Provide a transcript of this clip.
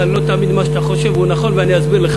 לא טוב למות בעד ארצנו.